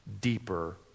deeper